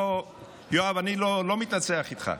יואב, אני לא מתנצח איתך.